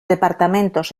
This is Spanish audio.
departamentos